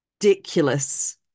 Ridiculous